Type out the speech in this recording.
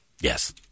Yes